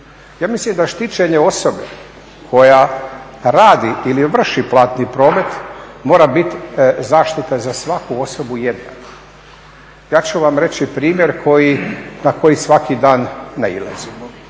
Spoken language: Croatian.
Ja mislim da štićenje osobe koja radi ili vrši platni promet mora biti zaštita za svaku osobu jednaka. Ja ću vam reći primjer na koji svaki dan nailazimo.